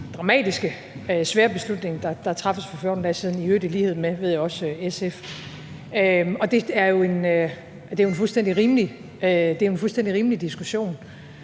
dramatiske og svære beslutning, der blev truffet for 14 dage siden, i øvrigt i lighed med SF, ved jeg også. Det er jo en fuldstændig rimelig diskussion,